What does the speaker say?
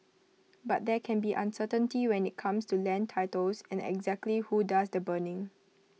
but there can be uncertainty when IT comes to land titles and exactly who does the burning